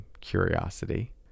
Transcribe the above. curiosity